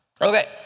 Okay